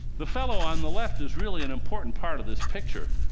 the fellow on the left is really an important part of this picture.